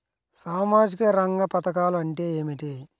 సామాజిక రంగ పధకాలు అంటే ఏమిటీ?